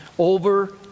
Over